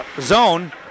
zone